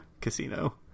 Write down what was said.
casino